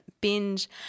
Binge